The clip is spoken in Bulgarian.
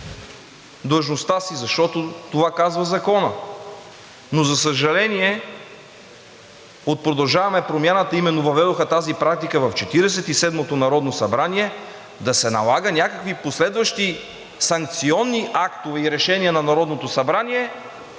длъжността си, защото това казва законът. Но за съжаление, от „Продължаваме Промяната“ именно въведоха тази практика в Четиридесет и седмото народно събрание да се налагат някакви последващи санкционни актове и решения на Народното събрание,